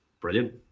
brilliant